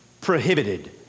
prohibited